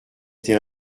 été